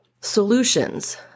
solutions